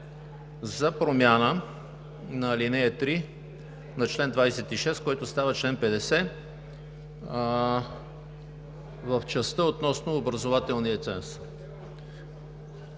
за промяна на ал. 3 на чл. 26, който става чл. 50, в частта относно образователния ценз.